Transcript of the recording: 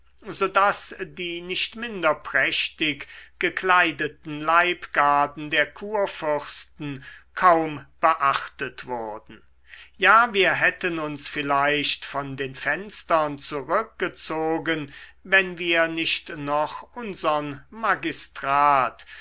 daß die nicht minder prächtig gekleideten leibgarden der kurfürsten kaum beachtet wurden ja wir hätten uns vielleicht von den fenstern zurückgezogen wenn wir nicht noch unsern magistrat